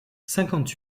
cinquante